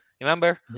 Remember